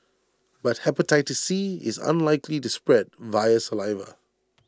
but Hepatitis C is unlikely to spread via saliva